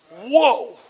Whoa